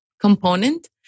component